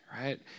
right